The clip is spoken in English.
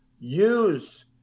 use